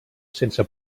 sense